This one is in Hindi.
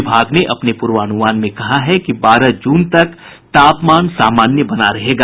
विभाग ने अपने पूर्वानुमान में कहा है कि बारह जून तक तापमान सामान्य बना रहेगा